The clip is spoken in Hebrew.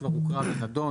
כבר הוקרא ונדון,